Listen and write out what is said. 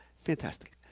Fantastic